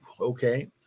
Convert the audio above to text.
Okay